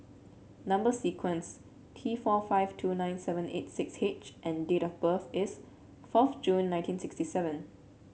number sequence T four five two nine seven eight six H and date of birth is fourth June nineteen sixty seven